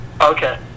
Okay